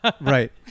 right